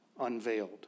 unveiled